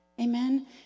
Amen